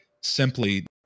simply